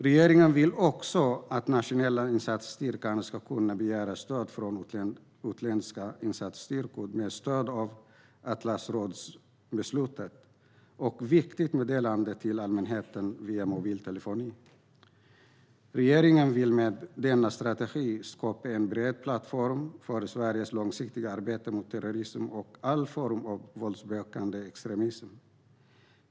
Regeringen vill också att Nationella insatsstyrkan ska kunna begära stöd från utländska insatsstyrkor med stöd av Atlasrådsbeslutet och Viktigt meddelande till allmänheten via mobil telefoni. Regeringen vill med denna strategi skapa en bred plattform för Sveriges långsiktiga arbete mot terrorism och all form av våldsbejakande extremism.